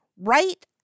right